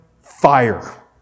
fire